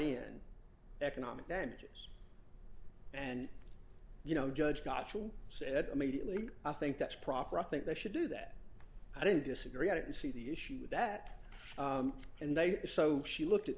in economic damages and you know judge got to set mediately i think that's proper i think they should do that i don't disagree on it and see the issue with that and they so she looked at